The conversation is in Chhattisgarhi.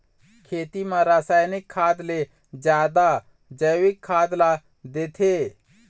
खेती म रसायनिक खाद ले जादा जैविक खाद ला देथे